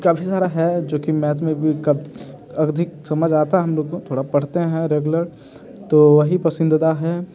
काफ़ी सारा है जो कि मैथ में भी अधिक समझ आता हम लोग को थोड़ा पढ़ते हैं रेगुलर तो वही पसंदीदा है